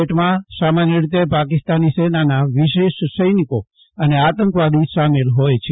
બ્રેટમાં સામાન્ય રીતે પાકિસ્તાનની સેનાના વિશેષ સૈનિકો અને આતંકવાદી સામેલ જોય છે